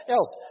else